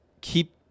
keep